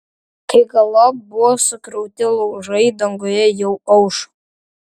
kai galop buvo sukrauti laužai danguje jau aušo